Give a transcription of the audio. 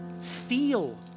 Feel